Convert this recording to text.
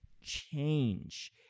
change